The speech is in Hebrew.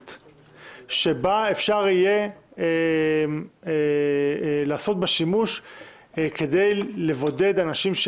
שאפשר יהיה לעשות בה שימוש כדי לבודד אנשים.